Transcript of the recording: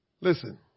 Listen